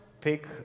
pick